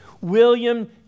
William